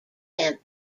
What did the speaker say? him